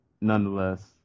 nonetheless